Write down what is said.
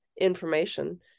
information